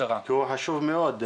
כי הוא חשוב מאוד.